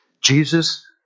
Jesus